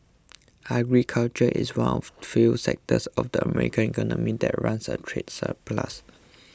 agriculture is one of the few sectors of the American economy that runs a trade surplus